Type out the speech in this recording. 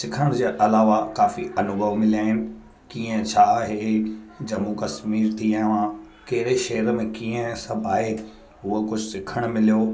सिखण जे अलावा काफ़ी अनुभव मिलिया आहिनि कीअं छा आहे जम्मू कश्मीर थी आहियो आहियां कहिड़े शहर में कीअं सभु आहे उहो कुझु सिखणु मिलियो